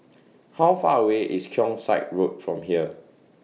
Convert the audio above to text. How Far away IS Keong Saik Road from here